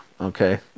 okay